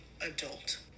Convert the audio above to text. adult